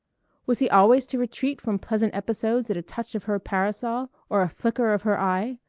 was he always to retreat from pleasant episodes at a touch of her parasol or a flicker of her eye?